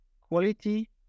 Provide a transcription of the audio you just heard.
quality